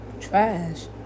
trash